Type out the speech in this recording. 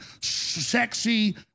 Sexy